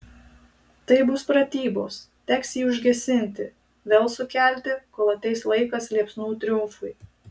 tai bus pratybos teks jį užgesinti vėl sukelti kol ateis laikas liepsnų triumfui